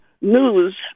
news